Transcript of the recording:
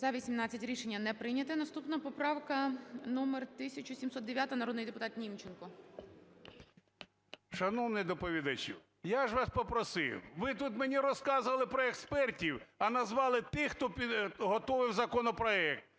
За-18 Рішення не прийнято. Наступна поправка номер 1709. Народний депутат Німченко. 11:13:04 НІМЧЕНКО В.І. Шановний доповідачу! Я ж вас попросив. Ви тут мені розказували про експертів, а назвали тих, хто готував законопроект.